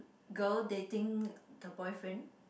girl they think the boyfriend